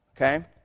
Okay